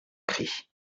cri